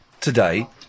today